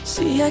See